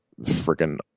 freaking